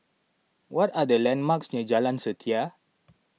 what are the landmarks near Jalan Setia